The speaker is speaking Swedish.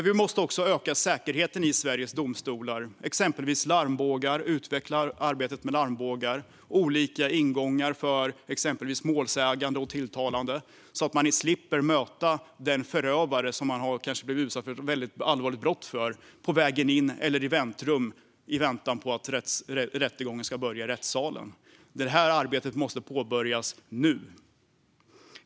Vi måste också öka säkerheten i Sveriges Domstolar och exempelvis utveckla arbetet med larmbågar och olika ingångar för målsägande och tilltalade så att man, när man är på väg in eller sitter i ett väntrum innan rättegången börjar i rättssalen, slipper möta den förövare som man kanske har blivit utsatt för ett väldigt allvarligt brott av. Det här arbetet måste påbörjas nu.